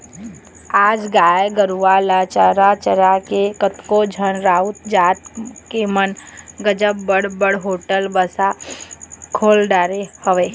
आज गाय गरुवा ल चरा चरा के कतको झन राउत जात के मन ह गजब बड़ बड़ होटल बासा खोल डरे हवय